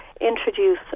introduce